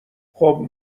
خوب